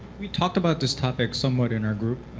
we talked about this topic somewhat in our group,